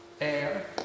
air